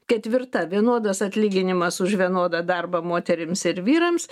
ketvirta vienodas atlyginimas už vienodą darbą moterims ir vyrams